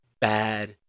bad